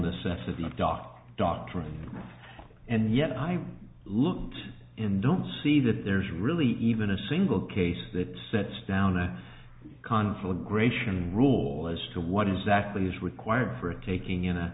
necessity of doc doctrine and yet i looked in the don't see that there is really even a single case that sets down a conflagration rule as to what exactly is required for a taking in a